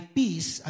peace